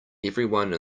everyone